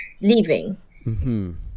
leaving